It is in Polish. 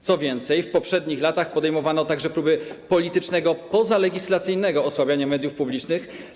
Co więcej, w poprzednich latach podejmowano także próby politycznego, pozalegislacyjnego osłabiania mediów publicznych.